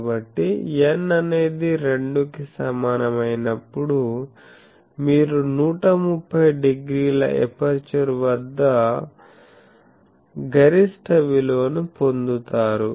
కాబట్టి n అనేది 2 కి సమానం అయినప్పుడు మీరు 130 డిగ్రీల ఎపర్చరు వద్ద గరిష్ట విలువను పొందుతారు